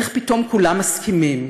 איך פתאום כולם מסכימים,